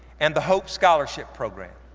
and the hope scholarship program.